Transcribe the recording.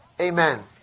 amen